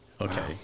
Okay